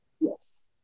yes